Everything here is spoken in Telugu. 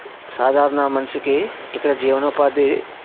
సాధారణ మనిషికి ఇక్కడ జీవనోపాధి